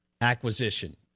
acquisition